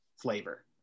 flavor